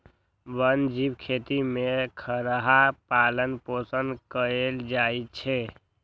वन जीव खेती में खरहा पालन पोषण कएल जाइ छै